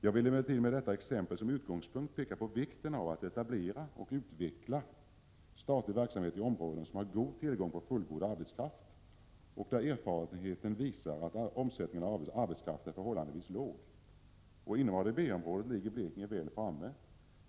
Jag vill emellertid med detta exempel som utgångspunkt peka på vikten av att etablera och utveckla statlig verksamhet i områden som har stor tillgång på fullgod arbetskraft och där erfarenheten visar att omsättningen av arbetskraft är förhållandevis låg. Inom ADB-området ligger Blekinge väl framme.